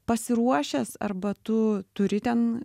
pasiruošęs arba tu turi ten